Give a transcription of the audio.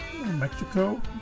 Mexico